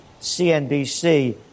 CNBC